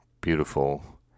beautiful